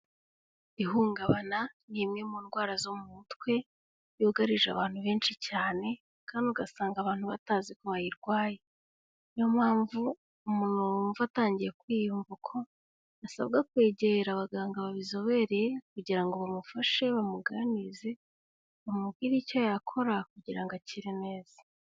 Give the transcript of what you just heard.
Ihungabana ni imwe mu ndwara zo mu mutwe, yugarije abantu benshi cyane kandi ugasanga abantu batazi ko bayirwaye. Ni yo mpamvu umuntu wumva atangiye kwiyumva uko asabwa kwegera abaganga babizobereye kugira ngo bamufashe bamuganirize bamubwire icyo yakora kugira ngo akire neza.